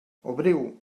obriu